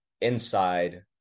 inside